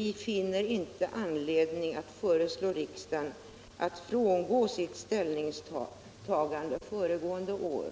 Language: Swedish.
inte finner anledning att föreslå riksdagen att frångå sitt ställningstagande föregående år.